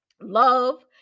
Love